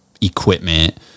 equipment